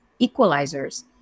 equalizers